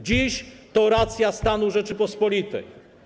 Dziś to racja stanu Rzeczypospolitej.